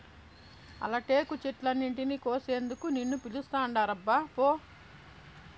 ఆల టేకు చెట్లన్నింటినీ కోసేందుకు నిన్ను పిలుస్తాండారబ్బా పో